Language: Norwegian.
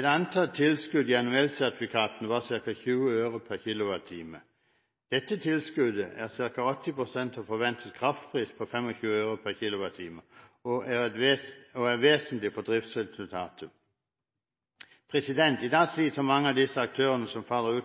Et antatt tilskudd gjennom elsertifikatene var ca. 20 øre pr. kWh. Dette tilskuddet er ca. 80 pst. av forventet kraftpris på 25 øre per kWh og er vesentlig for driftsresultatet. I dag sliter mange av disse aktørene som faller